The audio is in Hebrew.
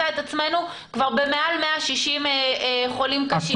את עצמנו כבר עם יותר מ-160 חולים קשים.